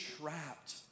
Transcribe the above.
trapped